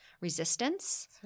Resistance